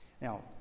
Now